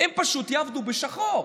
הם פשוט יעבדו בשחור.